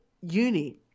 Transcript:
uni